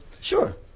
sure